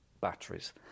batteries